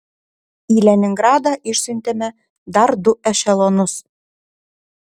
į leningradą išsiuntėme dar du ešelonus